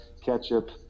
ketchup